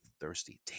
thirsty